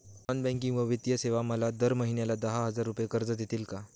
Non banking व वित्तीय सेवा मला दर महिन्याला दहा हजार रुपये कर्ज देतील का?